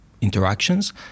interactions